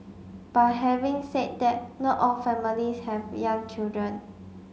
but having said that not all families have young children